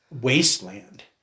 wasteland